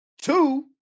Two